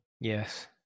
Yes